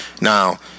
now